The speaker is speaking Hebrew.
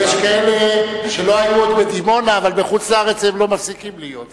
יש כאלה שלא היו עוד בדימונה אבל בחוץ-לארץ הם לא מפסיקים להיות.